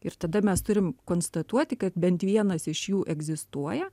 ir tada mes turim konstatuoti kad bent vienas iš jų egzistuoja